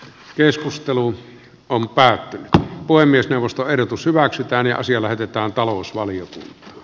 keskustelu on päätti puhemiesneuvosto ehdotus hyväksytään ja asia laitetaan talousvalion